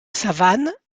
savanes